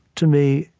to me,